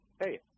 hey